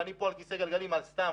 ואני כאן בכיסא גלגלים על סתם,